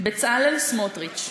בצלאל סמוטריץ.